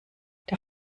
der